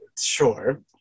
Sure